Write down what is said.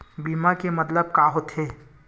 बीमा के मतलब का होथे?